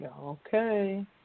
Okay